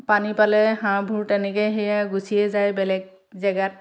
পানী পালে হাঁহবোৰ তেনেকৈ সেয়াই গুচিয়ে যায় বেলেগ জেগাত